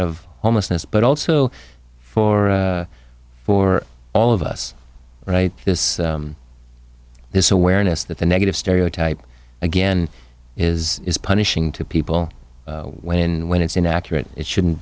of homelessness but also for for all of us right this this awareness that the negative stereotype again is punishing to people when when it's inaccurate it shouldn't